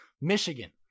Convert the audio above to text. Michigan